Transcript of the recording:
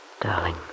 Darling